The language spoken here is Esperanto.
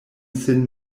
sin